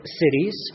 cities